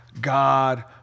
God